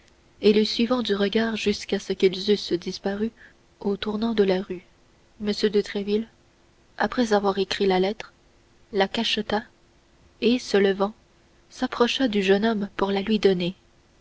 et les suivant du regard jusqu'à ce qu'ils eussent disparu au tournant de la rue m de tréville après avoir écrit la lettre la cacheta et se levant s'approcha du jeune homme pour la lui donner